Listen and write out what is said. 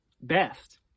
best